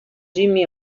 jimmy